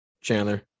Chandler